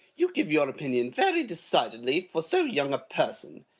you give your opinion very decidedly for so young a person!